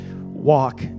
walk